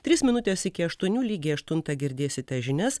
trys minutės iki aštuonių lygiai aštuntą girdėsite žinias